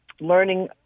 learning